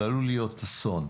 אבל עלול להיות אסון.